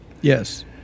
Yes